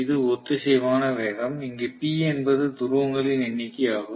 இது ஒத்திசைவான வேகம் இங்கு p என்பது துருவங்களின் எண்ணிக்கை ஆகும்